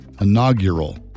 Inaugural